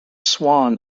swan